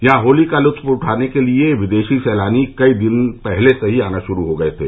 यहां होली का लुत्क उठाने के लिए विदेशी सैलानी कई दिन पहले से ही आना शुरू हो गये थे